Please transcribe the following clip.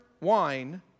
wine